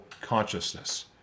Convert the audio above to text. consciousness